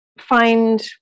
find